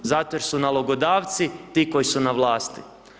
Zato jer su nalogodavci ti koji su na vlasti.